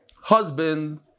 husband